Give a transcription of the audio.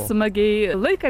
smagiai laiką